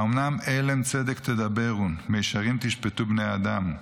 האמנם אלם צדק תדברון מישרים תשפטו בני אדם.